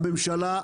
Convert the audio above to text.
הממשלה,